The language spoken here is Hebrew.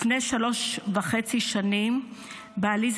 לפני שלוש וחצי שנים בעלי,